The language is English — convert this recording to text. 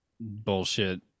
bullshit